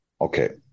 Okay